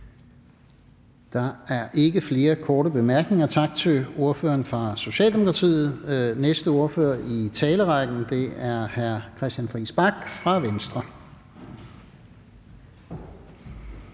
Der er ikke flere korte bemærkninger. Tak til ordføreren fra Socialdemokratiet. Næste ordfører i talerrækken er hr. Christian Friis Bach fra Venstre.